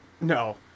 No